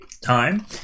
Time